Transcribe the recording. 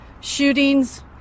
shootings